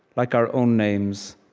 like our own names,